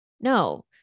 no